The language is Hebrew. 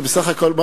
בסך הכול,